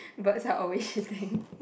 birds are always shooting